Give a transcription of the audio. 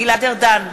גלעד ארדן,